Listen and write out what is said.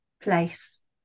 place